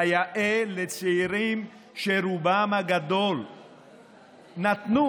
כיאה לצעירים שרובם הגדול נתנו